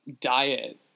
diet